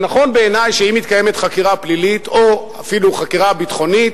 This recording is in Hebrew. זה נכון בעיני שאם מתקיימת חקירה פלילית או אפילו חקירה ביטחונית,